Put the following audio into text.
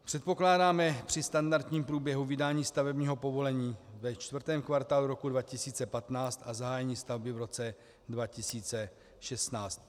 Předpokládáme při standardním průběhu vydání stavebního povolení ve čtvrtém kvartálu roku 2015 a zahájení stavby v roce 2016.